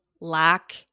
lack